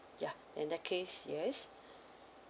ya in that case yes